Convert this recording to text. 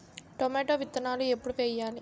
Tomato విత్తనాలు ఎప్పుడు వెయ్యాలి?